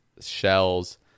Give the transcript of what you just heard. shells